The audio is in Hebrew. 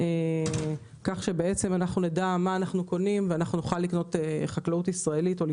אנחנו נדע מה אנחנו קונים ונוכל לבחור לקנות תוצרת ישראלית.